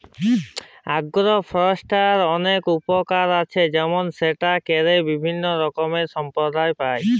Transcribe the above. আগ্র ফরেষ্ট্রীর অলেক উপকার আছে যেমল সেটা ক্যরে বিভিল্য রকমের সম্পদ পাই